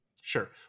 Sure